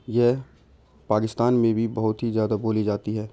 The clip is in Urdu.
یہ پاکستان میں بھی بہت ہی زیادہ بولی جاتی ہے